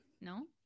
no